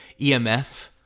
EMF